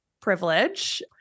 privilege